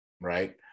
right